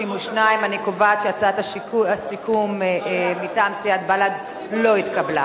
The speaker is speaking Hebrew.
32. אני קובעת שהצעת הסיכום מטעם סיעת בל"ד לא התקבלה.